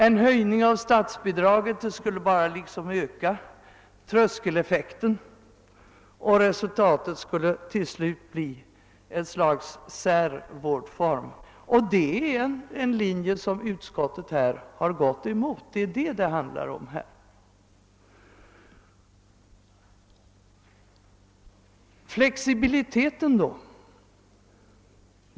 En höjning av statsbidraget skulle bara öka tröskeleffekten, och resultatet skulle till slut bli ett slags särvårdform. Det är en linje som utskottsmajoriteten har gått emot. Hur är det då med flexibiliteten?